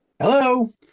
Hello